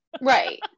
Right